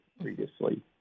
previously